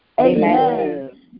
Amen